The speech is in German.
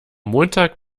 montag